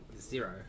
Zero